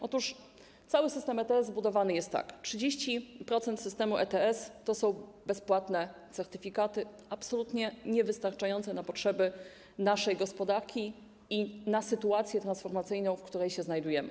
Otóż cały system ETS zbudowany jest tak: 30% systemu ETS to są bezpłatne certyfikaty, absolutnie niewystarczające na potrzeby naszej gospodarki i w sytuacji transformacyjnej, w której się znajdujemy.